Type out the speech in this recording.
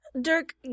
Dirk